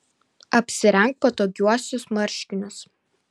apsirenk patogiuosius marškinius